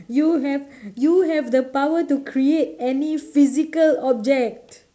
you have you have the power to create any physical object